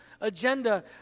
agenda